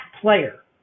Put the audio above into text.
player